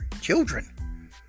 children